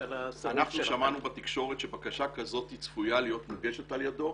על ה --- אנחנו שמענו בתקשורת שבקשה כזאת צפויה להיות מוגשת על ידו.